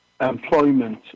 employment